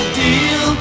deal